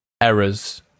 errors